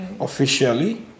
Officially